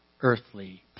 earthly